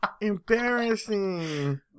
Embarrassing